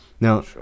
now